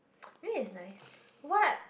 this is nice what